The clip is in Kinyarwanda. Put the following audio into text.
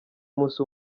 umunsi